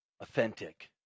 Authentic